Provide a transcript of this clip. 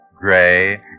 gray